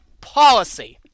policy